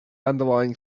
underlying